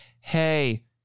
hey